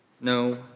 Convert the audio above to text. no